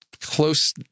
close